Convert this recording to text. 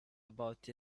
about